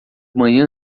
manhã